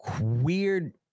weird